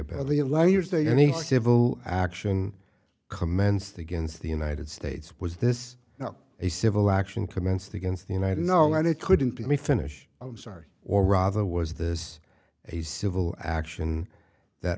civil action commenced against the united states was this not a civil action commenced against the united know that it couldn't be me finish i'm sorry or rather was this a civil action that